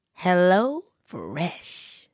HelloFresh